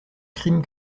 crime